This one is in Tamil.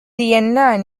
என்ன